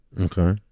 okay